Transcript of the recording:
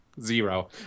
zero